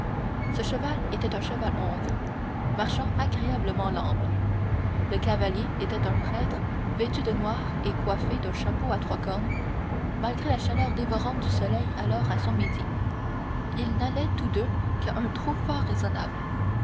le cheval était un cheval hongre marchant agréablement l'amble le cavalier était un prêtre vêtu de noir et coiffé d'un chapeau à trois cornes malgré la chaleur dévorante du soleil alors à son midi ils n'allaient tous deux qu'à un trot fort raisonnable